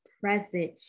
present